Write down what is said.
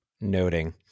noting